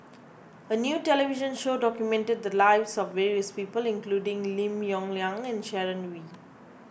a new television show documented the lives of various people including Lim Yong Liang and Sharon Wee